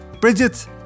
Bridget